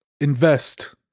invest